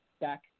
back